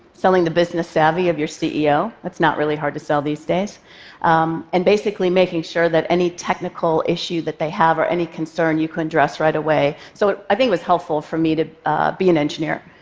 selling the business savvy of your ceo that's not really hard to sell these days and basically, making sure that any technical issue that they have or any concern, you can address right away. so i think it was helpful for me to be an engineer.